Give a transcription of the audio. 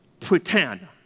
pretend